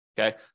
okay